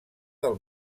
del